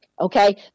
Okay